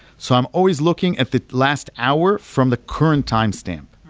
so i'm always looking at the last hour from the current timestamp.